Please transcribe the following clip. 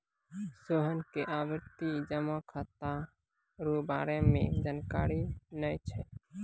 सोहन के आवर्ती जमा खाता रो बारे मे जानकारी नै छै